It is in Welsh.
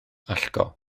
allgo